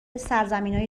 سرزمینای